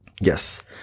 Yes